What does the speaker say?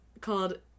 called